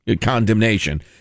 condemnation